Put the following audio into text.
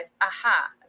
aha